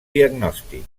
diagnòstic